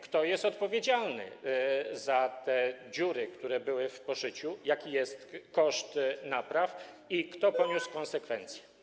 Kto jest odpowiedzialny za te dziury, które były w poszyciu, jaki jest koszt napraw i kto poniósł konsekwencje?